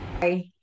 Hi